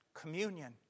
communion